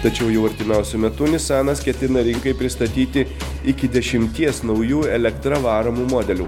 tačiau jau artimiausiu metu nisanas ketina rinkai pristatyti iki dešimties naujų elektra varomų modelių